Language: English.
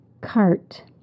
cart